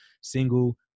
single